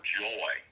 joy